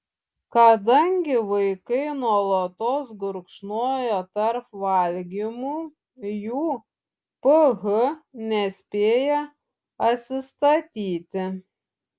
kadangi vaikai nuolatos gurkšnoja tarp valgymų jų ph nespėja atsistatyti